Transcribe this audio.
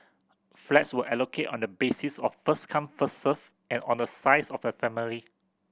flats were allocated on the basis of first come first served and on the size of the family